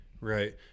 Right